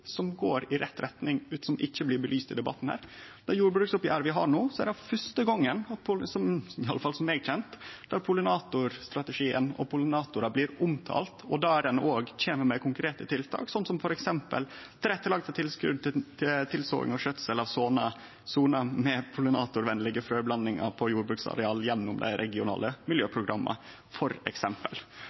som går i rett retning og som ikkje blir belyste i denne debatten. I det jordbruksoppgjeret vi har no, er det fyrste gongen – i alle fall som eg er kjend med – at pollinatorstrategien og pollinatorar blir omtalt, og der ein òg kjem med konkrete tiltak, som f.eks. tilrettelegging for tilskot til tilsåing og skjøtsel av sonar med pollinatorvennlege frøblandingar på jordbruksareal gjennom dei regionale miljøprogramma,